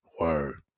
Word